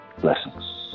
blessings